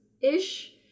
ish